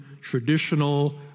traditional